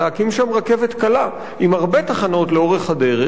להקים שם רכבת קלה עם הרבה תחנות לאורך הדרך